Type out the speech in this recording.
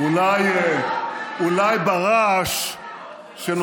אולי ברעש שנוצר כאן,